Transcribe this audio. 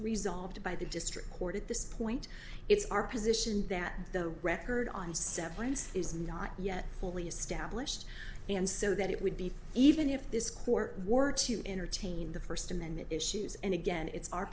resolved by the district court at this point it's our position that the record on severance is not yet fully established and so that it would be even if this court were to entertain the first amendment issues and again it's our